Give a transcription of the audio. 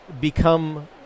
become